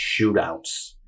shootouts